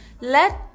let